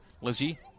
Lizzie